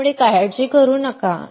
त्यामुळे त्याची काळजी करू नका